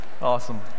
Awesome